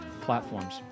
platforms